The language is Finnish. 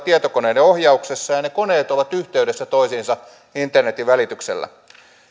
tietokoneiden ohjauksessa ja ne koneet ovat yhteydessä toisiinsa internetin välityksellä